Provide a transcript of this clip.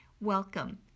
Welcome